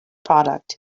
product